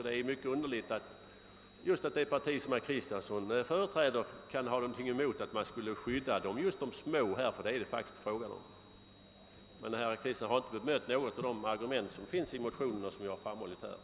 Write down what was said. Det är mycket underligt att just det parti som herr Kristenson företräder kan ha något emot att man skyddar de små i samhället, ty det är faktiskt dem det är fråga om. Herr Kristenson har inte bemött något av de argument som jag har framfört i motionen och här i debatten.